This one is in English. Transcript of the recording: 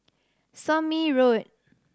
Somme Road